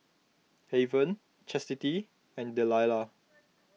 Haven Chasity and Delilah